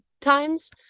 times